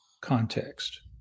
context